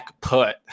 put